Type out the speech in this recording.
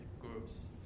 groups